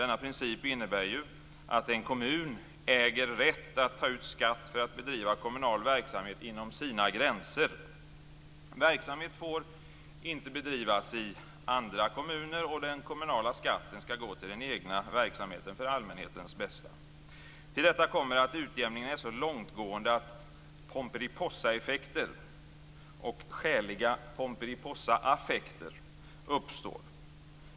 Denna princip innebär ju att en kommun äger rätt att ta ut skatt för att bedriva kommunal verksamhet inom sina gränser. Verksamhet får inte bedrivas i andra kommuner, och den kommunala skatten skall gå till den egna verksamheten för allmänhetens bästa. Till detta kommer att utjämningen är så långtgående att Pomperipossaeffekter och skäliga Pomperipossaaffekter uppstår.